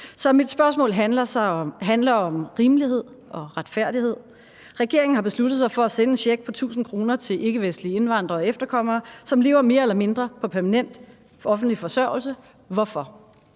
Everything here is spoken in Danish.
Så mit spørgsmål handler om rimelighed og retfærdighed. Regeringen har besluttet sig for at sende en check på 1.000 kr. til ikkevestlige indvandrere og efterkommere, som lever mere eller mindre på permanent offentlig forsørgelse: Hvorfor?